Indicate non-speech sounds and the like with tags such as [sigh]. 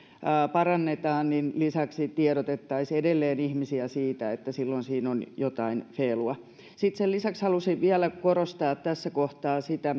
parannetaan tiedotettaisiin edelleen ihmisiä siitä että silloin siinä on jotain feelua sitten sen lisäksi haluaisin vielä korostaa tässä kohtaa sitä [unintelligible]